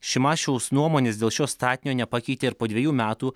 šimašiaus nuomonės dėl šio statinio nepakeitė ir po dvejų metų